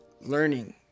learning